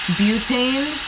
butane